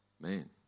man